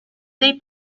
dei